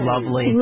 Lovely